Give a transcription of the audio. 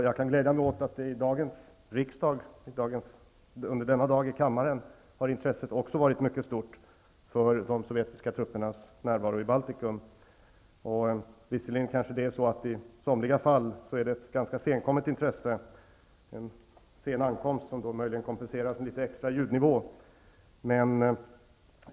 Jag kan glädja mig åt att intresset i kammaren under denna dag har varit mycket stort för de sovjetiska truppernas närvaro i Baltikum. Visserligen är det i somliga fall ett ganska senkommet intresse, som då möjligen kompenseras med litet extra hög ljudnivå.